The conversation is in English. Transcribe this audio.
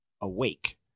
awake